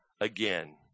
again